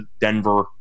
Denver